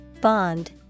Bond